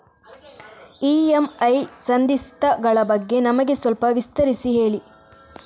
EMI ಸಂಧಿಸ್ತ ಗಳ ಬಗ್ಗೆ ನಮಗೆ ಸ್ವಲ್ಪ ವಿಸ್ತರಿಸಿ ಹೇಳಿ